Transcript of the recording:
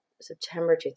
September